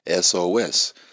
SOS